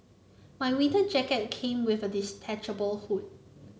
my winter jacket came with a detachable hood